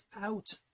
out